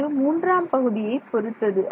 இது மூன்றாம் பகுதியை பொருத்தது